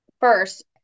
first